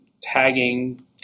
tagging